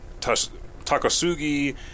Takasugi